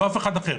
לא אף אחד אחר.